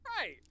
right